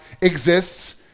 exists